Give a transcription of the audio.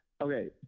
Okay